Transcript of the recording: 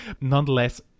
Nonetheless